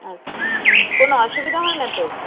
আচ্ছা কোনো অসুবিধা হয় না তো